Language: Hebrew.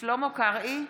שלמה קרעי,